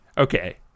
Okay